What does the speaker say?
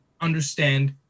Understand